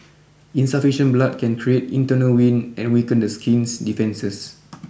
insufficient blood can create internal wind and weaken the skin's defences